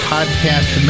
Podcast